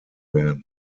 werden